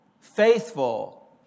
faithful